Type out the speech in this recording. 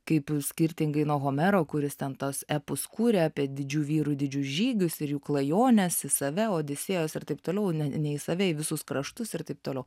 kaip skirtingai nuo homero kuris ten tuos epus kūrė apie didžių vyrų didžius žygius ir jų klajones į save odisėjas ir taip toliau ne ne į save visus kraštus ir taip toliau